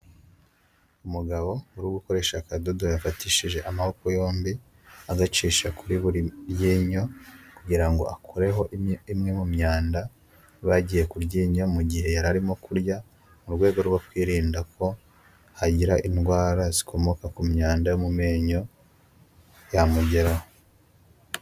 Umugabo uri gukoresha akadodo yafatishije amaboko yombi agacisha kuri buri ryinyo, kugira ngo akureho imwe mu myanda iba yagiye kuryinyo mu gihe yari arimo kurya, mu rwego rwo kwirinda ko hagira indwara zikomoka ku myanda mu menyo yamugeraho.